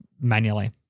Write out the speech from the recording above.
manually